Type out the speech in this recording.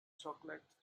chocolate